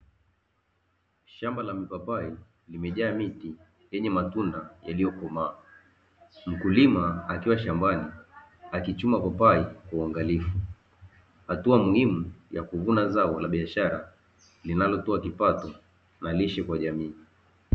Shamba la mipapai limejaa miti yenye matunda yaliyokomaa. Mkulima akiwa shambani akichuma papai kwa uangalifu, hatua muhimu ya kuvuna zao la biashara linalotoa kipato na lishe kwa jamii.